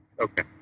Okay